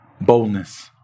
boldness